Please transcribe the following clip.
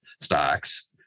stocks